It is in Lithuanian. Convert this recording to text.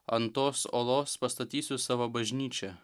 ant tos uolos pastatysiu savo bažnyčią